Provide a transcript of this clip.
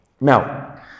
Now